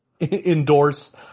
endorse